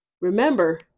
remember